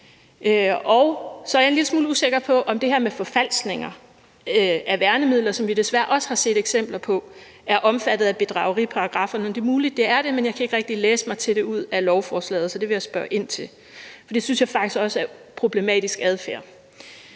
Og så er jeg en lille smule usikker på, om det her med forfalskninger af værnemidler, som vi desværre også har set eksempler på, er omfattet af bedrageriparagrafferne. Det er muligt, det er det, men jeg kan ikke rigtig læse mig til det ud af lovforslaget, så det vil jeg spørge ind til. For det synes jeg faktisk også er problematisk adfærd.